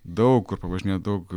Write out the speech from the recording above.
daug kur pavažinėt daug